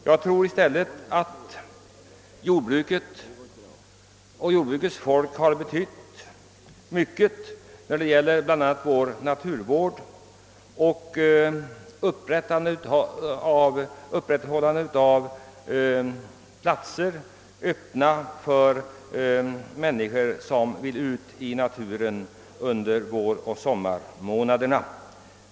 Jag tror i stället att jordbruket och dess folk har betytt mycket för vår naturvård och vidmakthållandet av platser, öppna för människor, som vill ut i naturen under våroch sommarmånaderna.